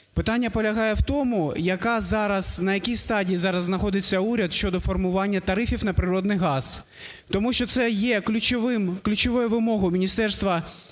Питання полягає в тому, на якій стадії зараз знаходиться уряд щодо формування тарифів на природний газ. Тому що це є ключовою вимогою міністерства…